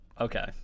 Okay